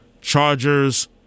Chargers